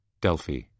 Delphi